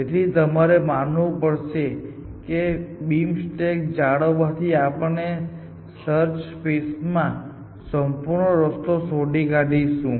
તેથી તમારે માનવું પડશે કે આ બીમ સ્ટેક જાળવવાથી આપણે સર્ચ સ્પેસમાં સંપૂર્ણ રસ્તો શોધી કાઢીશું